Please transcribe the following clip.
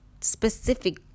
specific